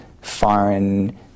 foreign